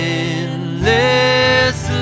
endless